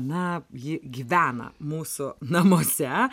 na ji gyvena mūsų namuose